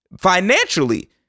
financially